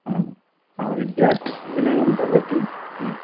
विद्यायाः विनयं भवति